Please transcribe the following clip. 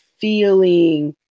feeling